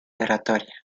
oratoria